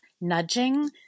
nudging